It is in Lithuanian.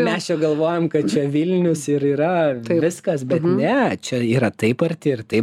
mes čia jau galvojam kad čia vilnius ir yra viskas bet ne čia yra taip arti ir taip